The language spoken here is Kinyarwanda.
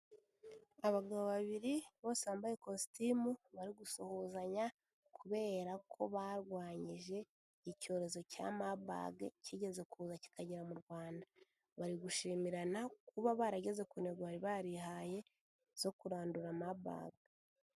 Abagabo babiri, bose bambaye kositimu, bari gusuhuzanya, kubera ko barwanyije icyorezo cya Marburg kigeze kuza kikagera mu Rwanda. Bari gushimirana, kuba barageze ku ntego bari barihaye zo kurandura Marburg.